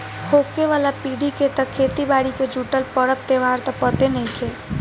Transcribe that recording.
होखे वाला पीढ़ी के त खेती बारी से जुटल परब त्योहार त पते नएखे